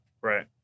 Right